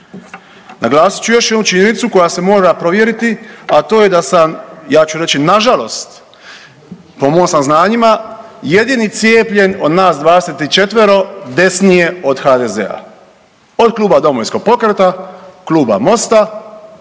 Naglasit ću još jednu činjenicu koja se mora provjeriti, a to je da sam ja ću reći nažalost po mojim saznanjima jedini cijepljen od nas 24 desnije od HDZ-a, od Kluba Domovinskog pokreta, Kluba Mosta,